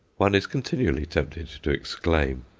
one is continually tempted to exclaim,